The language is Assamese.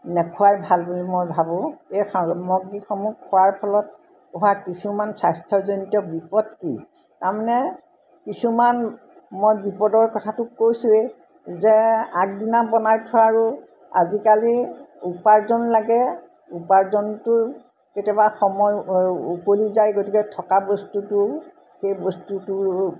নোখুৱাই ভাল বুলি মই ভাবোঁ এই সামগ্ৰীসমূহ খোৱাৰ ফলত পঢ়া কিছুমান স্বাস্থ্যজনিত বিপদ কি তাৰমানে কিছুমান মই বিপদৰ কথাটো কৈছোৱেই যে আগদিনা বনাই থোৱাৰো আজিকালি উপাৰ্জন লাগে উপাৰ্জনটো কেতিয়াবা সময় উকলি যায় গতিকে থকা বস্তুটো সেই বস্তুটোৰ